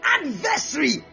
adversary